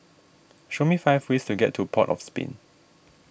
show me five ways to get to Port of Spain